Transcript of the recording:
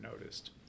noticed